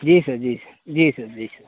جی sir جی جی sir جی سر